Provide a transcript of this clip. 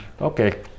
okay